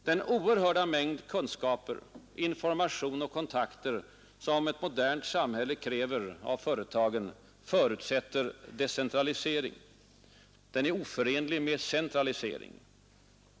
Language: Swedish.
Den oerhörda mängd kunskaper, information och kontakter som ett modernt samhälle kräver av företagen förutsätter decentralisering. Den är oförenlig med centralisering.